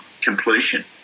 completion